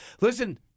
Listen